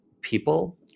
people